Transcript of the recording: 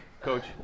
Coach